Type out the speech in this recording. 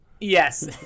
Yes